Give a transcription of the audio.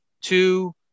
two